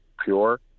pure